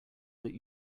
that